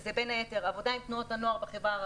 שזה בין היתר עבודה עם תנועות הנוער בחברה הערבית,